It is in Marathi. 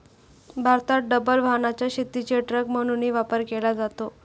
भारतात डबल वाहनाचा शेतीचे ट्रक म्हणूनही वापर केला जातो